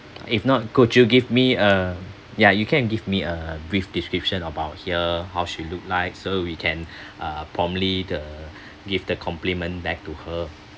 if not could you give me uh ya you can give me a brief description about her how she look like so we can uh promptly the give the compliment back to her